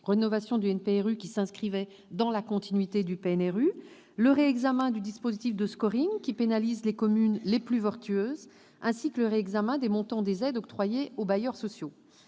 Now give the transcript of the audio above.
rénovation du NPNRU, qui s'inscrivent dans la continuité du PNRU, le réexamen du dispositif de, qui pénalise les communes les plus vertueuses, ainsi que le réexamen des montants des aides octroyées aux bailleurs sociaux.